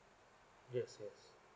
yes yes